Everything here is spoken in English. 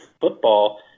football